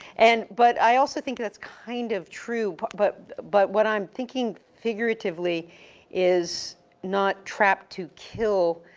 and but i also think that's kind of true but, but, but what i'm thinking figuratively is not trapped to kill,